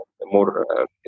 more